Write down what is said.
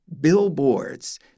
billboards